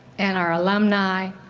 and our alumni,